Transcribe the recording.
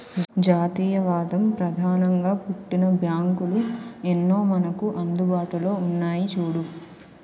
జాతీయవాదం ప్రధానంగా పుట్టిన బ్యాంకులు ఎన్నో మనకు అందుబాటులో ఉన్నాయి చూడు